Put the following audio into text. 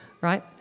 right